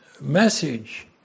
message